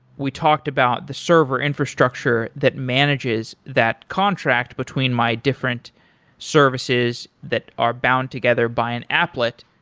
we talked about the server infrastructure that manages that contract between my different services that are bound together by an applet.